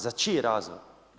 Za čiji razvoj?